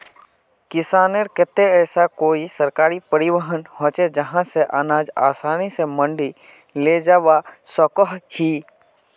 किसानेर केते ऐसा कोई सरकारी परिवहन होचे जहा से अनाज आसानी से मंडी लेजवा सकोहो ही?